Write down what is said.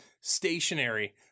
stationary